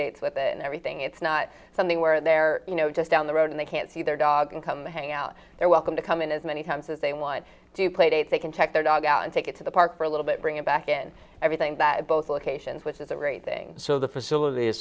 dates with and everything it's not something where they're you know just down the road and they can see their dog and come hang out their welcome to come in as many times as they want to play dates they can check their dog out and take it to the park for a little bit bring it back in everything that both locations which is a great thing so the facilit